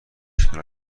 چطور